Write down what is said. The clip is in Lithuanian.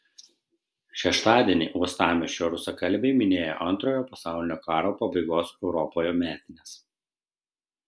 šeštadienį uostamiesčio rusakalbiai minėjo antrojo pasaulinio karo pabaigos europoje metines